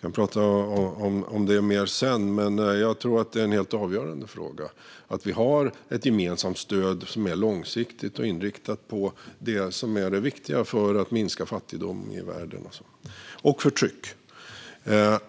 kan prata mer om det sedan, men jag tror att det är en helt avgörande fråga att vi har ett gemensamt stöd som är långsiktigt och inriktat på det som är det viktiga för att minska fattigdom och förtryck i världen.